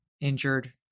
injured